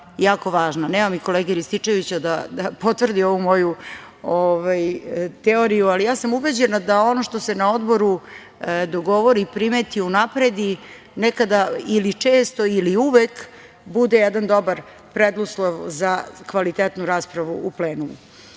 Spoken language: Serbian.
jako važna. Nema mi kolege Rističevića da potvrdi ovu moju teoriju, ali sam ubeđena da ono što se na odboru dogovori, primeti unapred i nekada ili često ili uvek bude jedan dobar preduslov za kvalitetnu raspravu u plenumu. Uvaženi